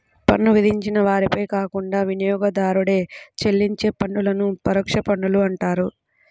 పన్ను విధించిన వారిపై కాకుండా వినియోగదారుడే చెల్లించే పన్నులను పరోక్ష పన్నులు అంటారు